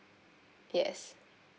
yes